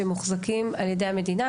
וכמובן מוחזקים על ידי המדינה,